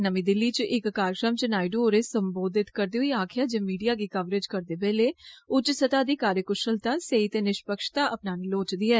नमीं दिल्ली च इक कार्जक्रम च नायडू होरें सम्बोधित करदे होई आक्खेआ जे मीडिया गी कवरेज करदे बैलले सतह दी कार्जकुषलता सेही ते निरपक्षता अपनानी लोड़चदी ऐ